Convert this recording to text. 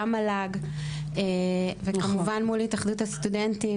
במל"ג וכמובן מול התאחדות הסטודנטים